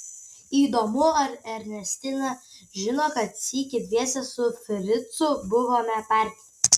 įdomu ar ernestina žino kad sykį dviese su fricu buvome parke